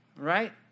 Right